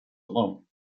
alone